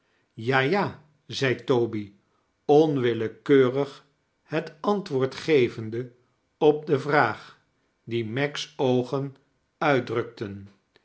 ja ja zei toby onwillekeurig het antwoord gevende op de vraag die meg's oogen uitdrukten